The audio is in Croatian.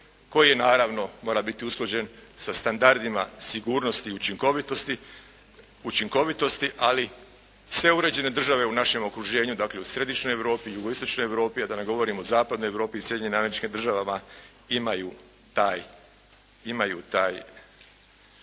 koji naravno mora biti usklađen sa standardima sigurnosti i učinkovitosti. Ali sve uređene države u našem okruženju dakle u Središnjoj Europi, Jugoistočnoj Europi, a da ne govorim o Zapadnoj Europi i Sjedinjenim Američkim državama, imaju taj